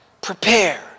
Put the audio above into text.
Prepare